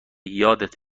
یادت